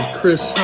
Chris